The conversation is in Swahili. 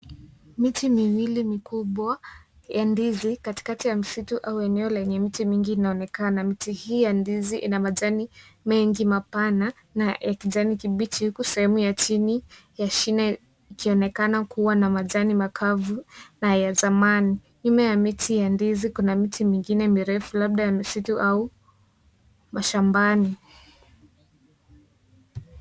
Miti miwili mikubwa, ya ndizi, katikati ya msitu au eneo lenye miti mingi inaonekana, miti hii ya ndizi ina majani, mengi mapana, na ya kijani kibichi, huku sehemu ya chini ya shina ikionekana kuwa na majani makavu, na ya zamani, nyuma ya miti ya ndizi, kuna miti mingine mirefu labda misitu au, mashambani.